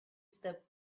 slipped